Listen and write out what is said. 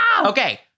Okay